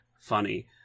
Funny